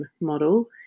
model